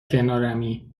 کنارمی